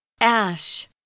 Ash